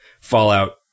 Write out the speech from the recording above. Fallout